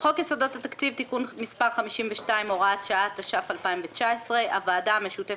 במידה ואכן התברר שאתה לא הולך נגד משרד המשפטים,